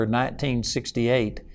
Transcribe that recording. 1968